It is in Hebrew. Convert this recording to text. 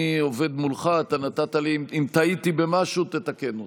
אני עובד מולך, נתת לי, אם טעיתי במשהו תתקן אותי.